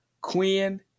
Quinn